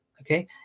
okay